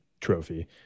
Trophy